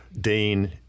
dean